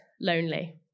lonely